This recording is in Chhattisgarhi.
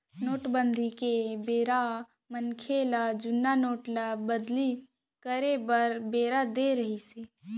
नोटबंदी के बेरा मनसे ल जुन्ना नोट ल बदली करे बर बेरा देय रिहिस हे